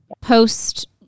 post